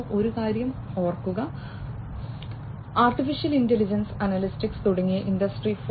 ഒരു കാര്യം ഓർക്കുക ആർട്ടിഫിഷ്യൽ ഇന്റലിജൻസ് അനലിറ്റിക്സ് തുടങ്ങിയവ ഇൻഡസ്ട്രി 4